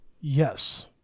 Yes